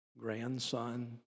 grandson